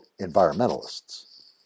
environmentalists